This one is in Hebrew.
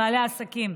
בעלי עסקים.